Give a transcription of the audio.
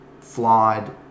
flawed